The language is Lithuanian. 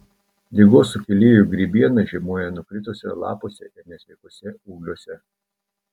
ligos sukėlėjų grybiena žiemoja nukritusiuose lapuose ir nesveikuose ūgliuose